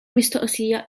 mistoqsija